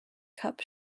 cups